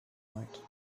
night